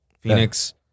Phoenix